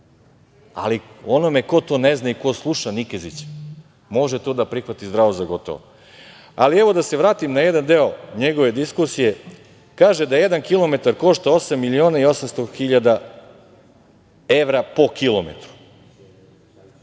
ali onome ko to ne zna i ko to sluša Nikezića može to da prihvati zdravo za gotovo. Evo, da se vratim na jedan deo njegove diskusije, kaže da jedan kilometar košta 8 miliona i 800 hiljada evra po kilometru.